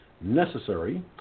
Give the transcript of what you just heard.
necessary